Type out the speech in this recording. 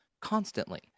constantly